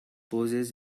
poses